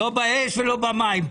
לא באש ולא במים; פה.